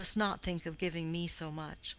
you must not think of giving me so much.